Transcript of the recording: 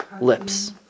lips